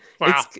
Wow